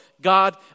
God